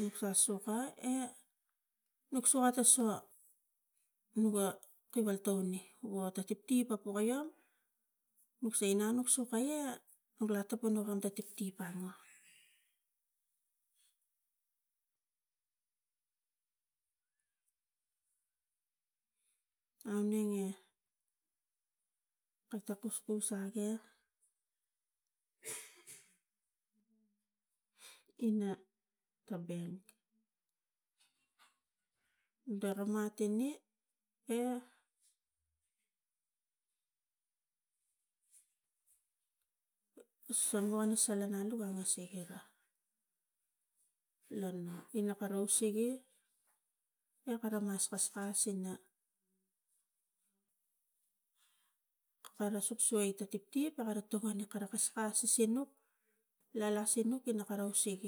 nuk sa sukai e nuk sukai ta sua nuga tiwal tone wo ta tiptip a poka iang nuk sai inang nuk sukai ia, nu la tapu ani ta tiptip anong. Aunenge kata kuskus agek ina ta bank dora mat ine e solwan na salan alu ga angasik ira lo no ina karau usege e kara mas paspas ina kare sokso ina ta tiptip akara tokoni kara kaskas i sinuk lalas inuk lo kara ausik.